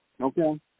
Okay